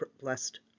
blessed